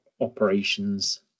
operations